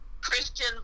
Christian